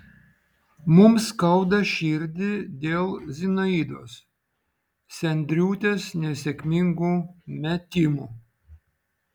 mums skauda širdį dėl zinaidos sendriūtės nesėkmingų metimų